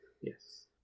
yes